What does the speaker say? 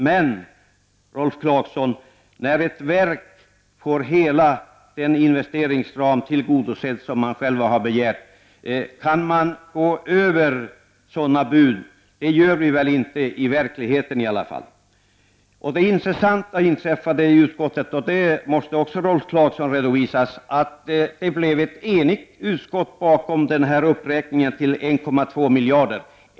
Men, Rolf Clarkson, när ett verk får hela den investeringsram tillgodosedd som man själv har begärt — kan vi då gå över ett sådant bud? Det gör vi väl inte i verkligheten. Det intressanta inträffade — och det måste också redovisas, Rolf Clark son — att det blev ett enigt utskott som ställde sig bakom den här uppräkningen till 1,2 miljarder.